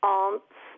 aunt's